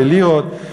בלירות,